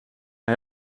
hij